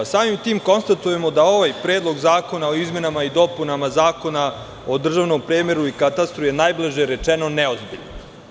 Samim tim, konstatujemo da je ovaj predlog zakona o izmenama i dopunama Zakona o državnom premeru i katastru, najblaže rečeno, neozbiljan.